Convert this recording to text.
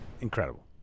Incredible